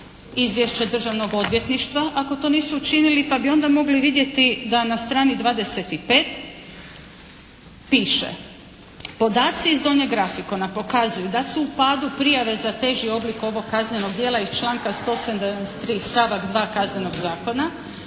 izvješća Državnog odvjetništva ako to nisu učinili pa bi onda mogli vidjeti da na strani 25. piše: "Podaci iz donjeg grafikona pokazuju da su u padu prijave za teži oblik ovog kaznenog djela iz članka 173. stavak 2. Kaznenog zakona